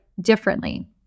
differently